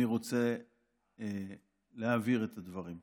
אני רוצה להבהיר את הדברים.